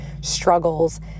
struggles